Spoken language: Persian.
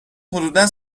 حدودا